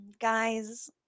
Guys